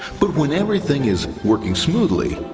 but when everything is working smoothly,